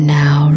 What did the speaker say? now